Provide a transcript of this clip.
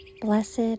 Blessed